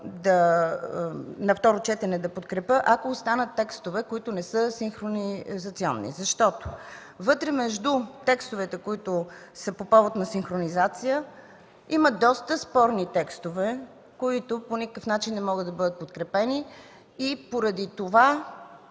и второ четене да останат текстове, които не са синхронизирани, защото между текстовете, които са по повод на синхронизацията, има доста спорни моменти, които по никакъв начин не могат да бъдат подкрепени. Поради това,